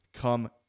Come